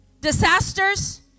disasters